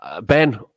Ben